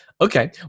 Okay